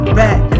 back